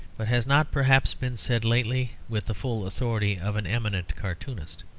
but has not perhaps been said lately with the full authority of an eminent cartoonist.